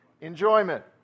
Enjoyment